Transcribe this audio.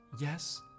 Yes